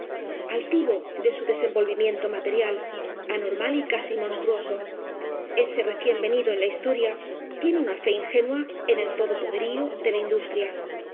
altivo de su desenvolvimiento material anormal y casi monstruoso ese recién venido en la historia tiene u n a fe ingenua en el todopoderío de la i